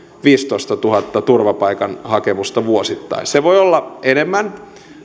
viisitoistatuhatta turvapaikkahakemusta vuosittain se voi olla enemmän